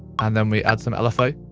and then we add some lfo,